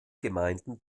gemeinden